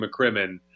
McCrimmon